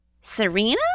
Serena